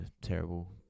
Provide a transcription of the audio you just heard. terrible